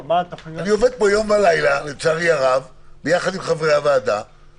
אני עובד פה יום ולילה יחד עם חברי הוועדה,